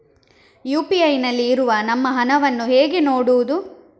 UPI ನಲ್ಲಿ ಇರುವ ನಮ್ಮ ಹಣವನ್ನು ಹೇಗೆ ನೋಡುವುದು?